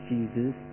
Jesus